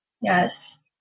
Yes